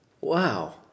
Wow